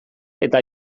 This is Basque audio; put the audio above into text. eta